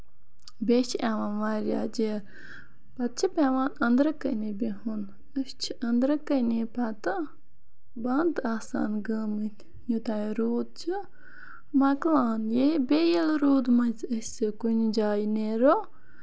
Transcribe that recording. بیٚیہِ چھُ یِوان وریاہ جیٚر پَتہٕ چھُ پیوان أندرٕ کَنہِ بِہُن أسۍ چھِ أندرٕ کَنے پَتہٕ بَند آسان گٔمٕتۍ یوتام روٗد چھُ مۄکلان ییٚلہِ بیٚیہِ ییٚلہِ روٗد منٛزۍ أسۍ کُنہِ جایہِ نیرو